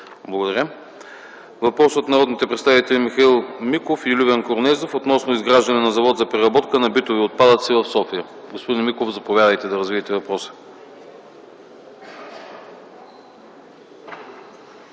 Благодаря. Въпрос от народните представители Михаил Миков и Любен Корнезов относно изграждане на Завод за преработка на битови отпадъци в София. Господин Миков, заповядайте, за да развиете въпроса.